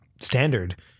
standard